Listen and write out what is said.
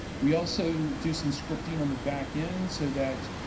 we also do some scripting on the back end so that